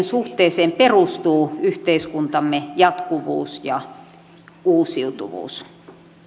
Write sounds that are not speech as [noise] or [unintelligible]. [unintelligible] suhteeseen perustuu yhteiskuntamme jatkuvuus ja uusiutuvuus